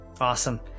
awesome